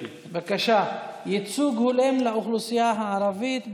בבקשה: ייצוג הולם לאוכלוסייה הערבית,